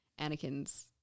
anakin's